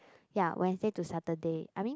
ya Wednesday to Saturday I mean